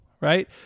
right